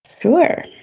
sure